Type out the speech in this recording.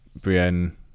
Brienne